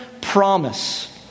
promise